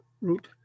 root